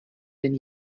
denn